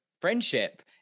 friendship